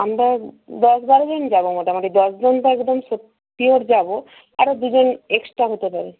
আমরা দশ বারো জন যাব মোটামুটি দশজন তো একদম শিওর যাব আরও দুজন এক্সট্রা হতে পারে